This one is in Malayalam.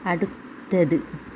അടുത്തത്